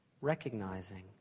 recognizing